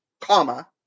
comma